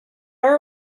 our